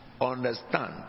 Understand